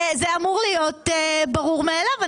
זה אמור להיות ברור מאליו.